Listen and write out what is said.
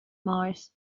mars